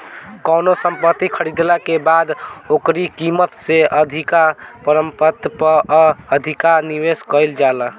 कवनो संपत्ति खरीदाला के बाद ओकरी कीमत से अधिका मरम्मत पअ अधिका निवेश कईल जाला